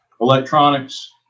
electronics